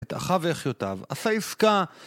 את אחיו ואחיותיו, עשה עסקה